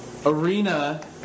Arena